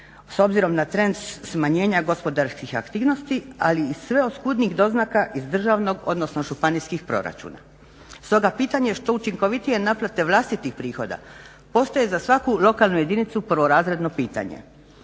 s obzirom na trend smanjenja gospodarskih aktivnosti, ali i sve oskudnijih doznaka iz državnog odnosno županijskih proračuna. Stoga pitanje što učinkovitije naplate vlastitih prihoda postaje za svaku lokalnu jedinicu prvorazredno pitanje.